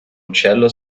uccello